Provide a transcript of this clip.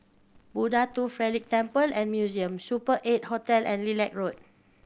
Buddha Tooth Relic Temple and Museum Super Eight Hotel and Lilac Road